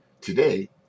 Today